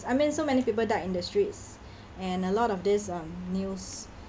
I mean so many people died in the streets and a lot of this um news